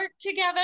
together